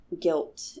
guilt